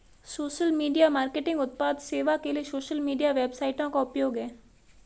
social media marketing उत्पाद सेवा के लिए सोशल मीडिया वेबसाइटों का उपयोग है